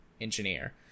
engineer